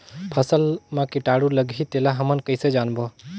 फसल मा कीटाणु लगही तेला हमन कइसे जानबो?